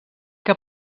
que